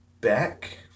back